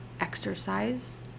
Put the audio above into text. exercise